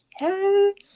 yes